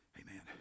amen